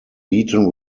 beaten